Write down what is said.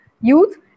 youth